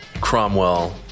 Cromwell